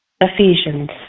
Ephesians